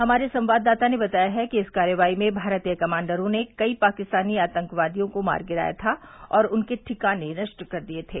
हमारे संवाददाता ने बताया है कि इस कार्रवाई में भारतीय कमांडरों ने कई पाकिस्तानी आतंकवादियों को मार गिराया था और उनके ठिकाने नष्ट कर दिए थे